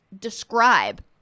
describe